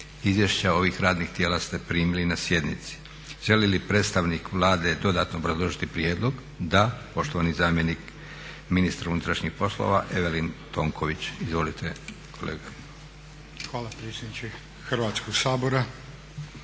Izvješća ovih radnih tijela ste primili na sjednici. Želi li predstavnik Vlade dodatno obrazložiti prijedlog? Da. Poštovani zamjenik ministra unutarnjih poslova Evelin Tonković. Izvolite. **Tonković, Evelin** Hvala predsjedniče Hrvatskog sabora.